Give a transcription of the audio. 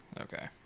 Okay